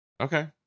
Okay